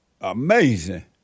Amazing